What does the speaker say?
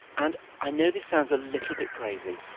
and i know this sounds a little bit crazy,